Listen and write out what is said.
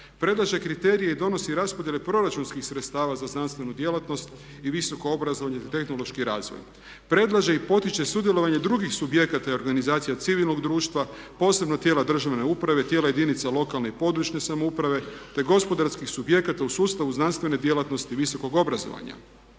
Predlaže kriterije i donosi raspodjele proračunskih sredstava za znanstvenu djelatnost i visoko obrazovanje i tehnološki razvoj. Predlaže i potiče sudjelovanje drugih subjekata i organizacija civilnog društva, posebno tijela državne uprave, tijela jedinica lokalne i područne samouprave te gospodarskih subjekata u sustavu znanstvene djelatnosti i visokog obrazovanja.